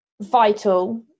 vital